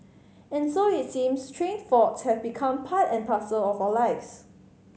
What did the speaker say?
and so it seems train faults have become part and parcel of our lives